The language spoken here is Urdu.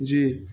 جی